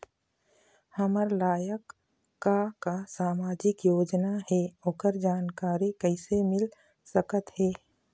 हमर लायक का का सामाजिक योजना हे, ओकर जानकारी कइसे मील सकत हे?